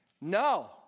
No